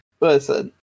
Listen